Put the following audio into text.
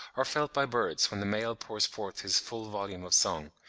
are felt by birds when the male pours forth his full volume of song,